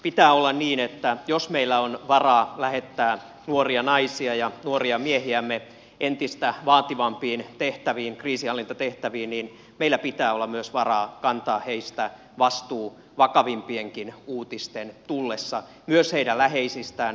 pitää olla niin että jos meillä on varaa lähettää nuoria naisia ja nuoria miehiämme entistä vaativampiin kriisinhallintatehtäviin niin meillä pitää olla myös varaa kantaa heistä vastuu vakavimpienkin uutisten tullessa myös heidän läheisistään perheistään